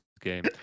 game